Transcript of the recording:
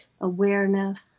awareness